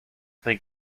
think